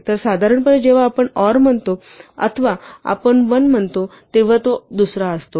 तर साधारणपणे जेव्हा आपण ऑर म्हणतो अथवा आपण 1 म्हणतो तेव्हा तो दुसरा असतो